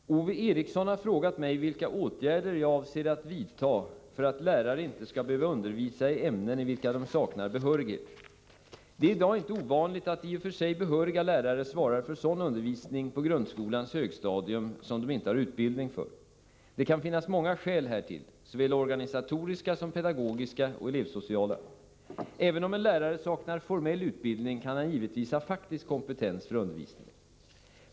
Herr talman! Ove Eriksson har frågat mig vilka åtgärder jag avser att vidta för att lärare inte skall behöva undervisa i ämnen i vilka de saknar behörighet. Det är i dag inte ovanligt att i och för sig behöriga lärare svarar för sådan undervisning på grundskolans högstadium som de inte har utbildning för. Det kan finnas många skäl härtill, såväl organisatoriska som pedagogiska och elevsociala. Även om en lärare saknar formell utbildning kan han givetvis ha faktisk kompetens för undervisningen.